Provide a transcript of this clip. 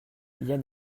yann